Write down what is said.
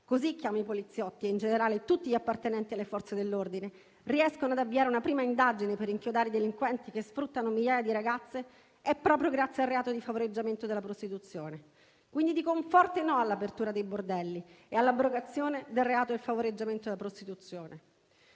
così chiamo i poliziotti e, in generale, tutti gli appartenenti alle Forze dell'ordine - riescono ad avviare una prima indagine per inchiodare i delinquenti che sfruttano migliaia di ragazze è proprio grazie al reato di favoreggiamento della prostituzione. Quindi, dico un forte no all'apertura dei bordelli e all'abrogazione del reato di favoreggiamento della prostituzione.